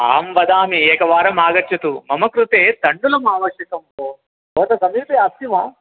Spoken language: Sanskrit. अहं वदामि एकवारम् आगच्छतु मम कृते तण्डुलं आवश्यकं भो भवतः समीपे अस्ति वा